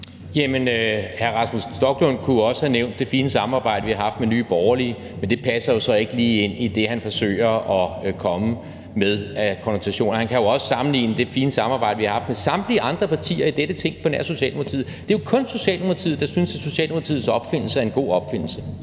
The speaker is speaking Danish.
Jamen hr. Rasmus Stoklund kunne også have nævnt det fine samarbejde, vi har haft med Nye Borgerlige, men det passer jo så ikke lige ind i det, han forsøger at komme med af insinuationer. Han kan jo også nævne det fine samarbejde, vi har haft med samtlige andre partier i dette Ting på nær Socialdemokratiet. Det er jo kun Socialdemokratiet, der synes, at Socialdemokratiets opfindelse er en god opfindelse.